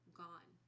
gone